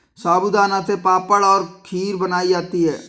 साबूदाना से पापड़ और खीर बनाई जाती है